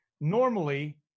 normally